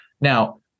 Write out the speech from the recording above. Now